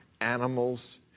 animals